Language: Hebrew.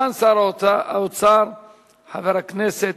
חוק ומשפט.